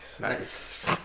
Nice